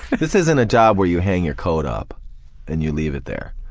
this isn't a job where you hang your coat up and you leave it there.